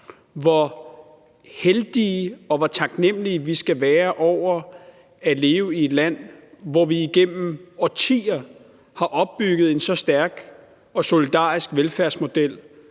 og hvor taknemlige vi skal være over at leve i et land, hvor vi igennem årtier har opbygget en så stærk og solidarisk velfærdsmodel,